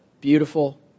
Beautiful